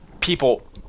People